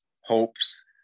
hopes